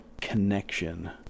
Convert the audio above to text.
connection